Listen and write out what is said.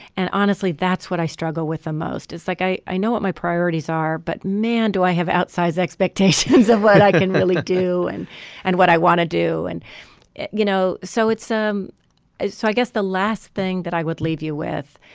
and honestly that's what i struggle with the most is like i i know what my priorities are. but man do i have outsize expectations of what i can really do and and what i want to do and you know so it's um so i guess the last thing that i would leave you with.